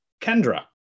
Kendra